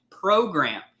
program